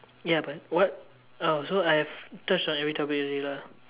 ya but what oh so I have touched on every topic already lah